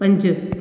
पंजु